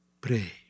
pray